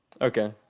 Okay